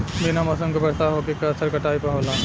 बिना मौसम के बरसात होखे के असर काटई पर होला